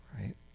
right